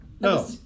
No